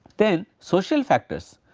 then social factors,